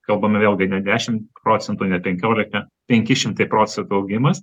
kalbame vėlgi ne dešim procentų ne penkiolika penki šimtai procentų augimas